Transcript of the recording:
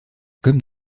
comme